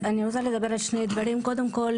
אני רוצה לדבר על שני דברים: קודם כול,